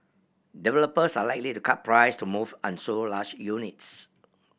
developers are likely to cut price to move unsold large units